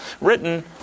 written